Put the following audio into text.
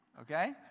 okay